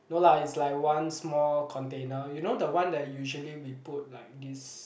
no lah is like one small container you know the one that usually we put like this